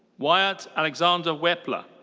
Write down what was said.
wyatt alexander weppler.